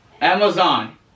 Amazon